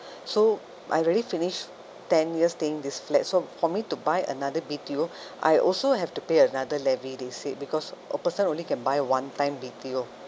so I already finish ten years staying this flat so for me to buy another B_T_O I also have to pay another levy they say because a person only can buy one time B_T_O